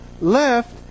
left